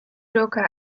joker